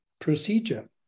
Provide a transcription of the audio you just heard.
procedure